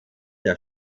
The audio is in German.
der